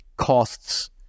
costs